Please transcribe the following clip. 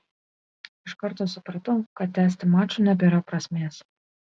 iš karto supratau kad tęsti mačo nebėra prasmės